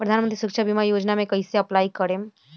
प्रधानमंत्री सुरक्षा बीमा योजना मे कैसे अप्लाई करेम?